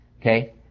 Okay